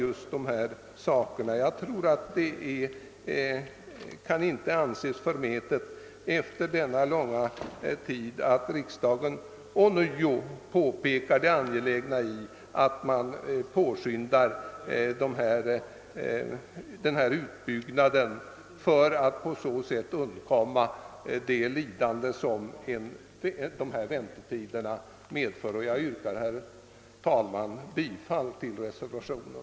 Efter den långa tid som gått kan det inte anses förmätet att riksdagen ånyo påpekar det angelägna i att utbyggnaden påskyndas, så att vi kan undvika de lidanden som de långa väntetiderna nu för med sig. Herr talman! Jag yrkar bifall till reservationen.